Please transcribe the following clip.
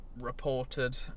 reported